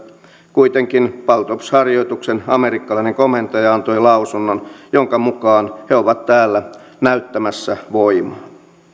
kuitenkin baltops harjoituksen amerikkalainen komentaja antoi lausunnon jonka mukaan he ovat täällä näyttämässä voimaa